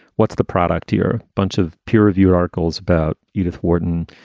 what's the product to your bunch of pure of your articles about edith wharton?